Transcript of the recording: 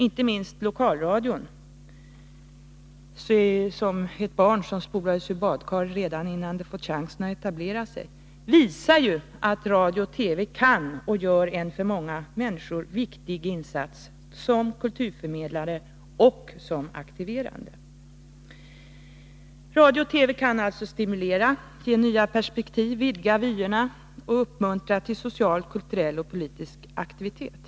Inte minst lokalradion — ett barn som ”spolades ur badkaret” redan innan det fått chansen att etablera sig— visar att radio och TV kan göra och gör en för många människor viktig såväl kulturförmedlande som aktiverande insats. Radio och TV kan stimulera, ge nya perspektiv, vidga vyerna och uppmuntra till social, kulturell och politisk aktivitet.